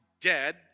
dead